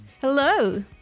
Hello